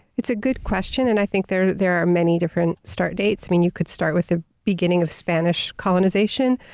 it's a good question, and i think there there are many different start dates. i mean you could start with the beginning of spanish colonization.